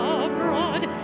abroad